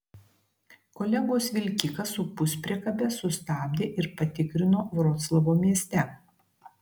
kolegos vilkiką su puspriekabe sustabdė ir patikrino vroclavo mieste